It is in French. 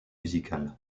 musical